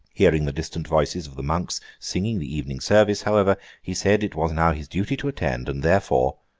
hearing the distant voices of the monks singing the evening service, however, he said it was now his duty to attend, and therefore,